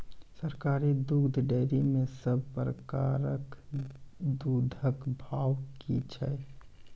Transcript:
सरकारी दुग्धक डेयरी मे सब प्रकारक दूधक भाव की छै?